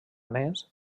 més